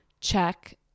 check